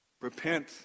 Repent